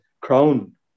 crown